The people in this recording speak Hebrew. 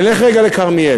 נלך רגע לכרמיאל.